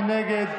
מי נגד?